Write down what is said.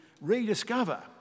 rediscover